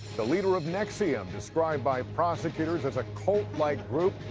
the leader of nexium described by prosecutors as a cult-like group,